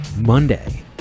Monday